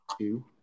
two